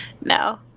No